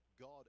God